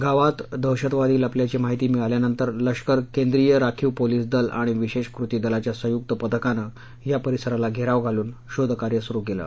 गावात दहशतवादी लपल्याची माहिती मिळाल्यानंतर लष्कर केंद्रीय राखीव पोलिस दल आणि विशेष कृती दलाच्या संयुक्त पथकानं या परिसराला घेराव घालून शोधकार्य सुरू केलं